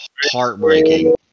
heartbreaking